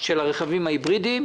של הרכבים ההיברידיים,